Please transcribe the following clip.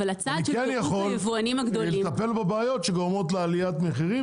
אני כן יכול לטפל בבעיות שגורמות לעליית המחירים.